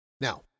Now